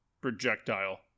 projectile